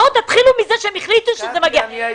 בואו תתחילו מזה שהם החליטו שהתקנים מגיעים.